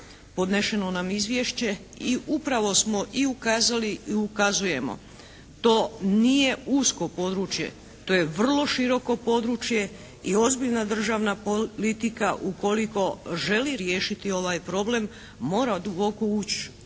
podnešeno nam izvješće i upravo smo i ukazali i ukazujemo, to nije usko područje, to je vrlo široko područje. I ozbiljna državna politika ukoliko želi riješiti ovaj problem moda duboko ući